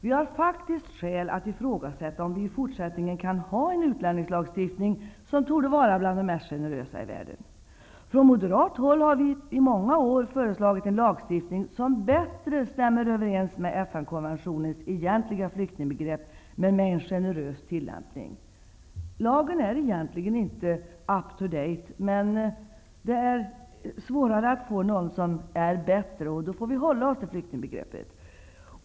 Vi har faktiskt skäl att ifrågasätta om vi i fortsättningen kan ha en utlänningslagstiftning, som torde vara bland de mest generösa i världen. Från moderat håll har vi i många år föreslagit en lagstiftning som bättre stämmer överens med FN konventionens egentliga flyktingbegrepp, men med en generös tillämpning. Lagen är egentligen inte ''up to date''. Men det är svårare att få till stånd en lag som är bättre. Då får vi hålla oss till flyktingbegreppet.